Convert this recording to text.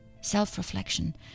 Self-reflection